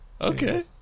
Okay